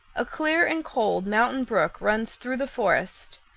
a clear and cold mountain brook runs through the forest,